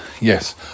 yes